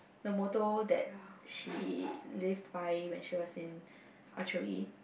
the motto that she live by when she was in archery